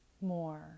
more